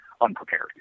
unprepared